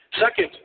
Second